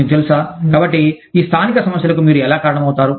మీకు తెలుసా కాబట్టి ఈ స్థానిక సమస్యలకు మీరు ఎలా కారణమవుతారు